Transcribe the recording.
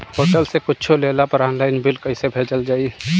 Hotel से कुच्छो लेला पर आनलाइन बिल कैसे भेजल जाइ?